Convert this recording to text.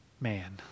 man